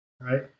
right